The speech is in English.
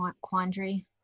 quandary